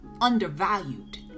undervalued